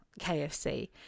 KFC